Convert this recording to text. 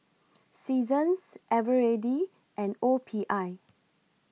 Seasons Eveready and O P I